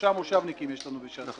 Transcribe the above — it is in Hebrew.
שלושה מושבניקים יש לנו בש"ס.